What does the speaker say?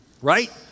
Right